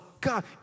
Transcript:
God